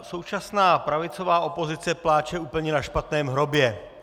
Současná pravicová opozice pláče úplně na špatném hrobě.